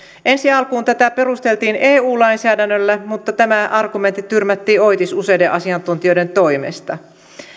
ensi alkuun tätä perusteltiin eu lainsäädännöllä mutta tämä argumentti tyrmättiin oitis useiden asiantuntijoiden toimesta